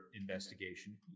investigation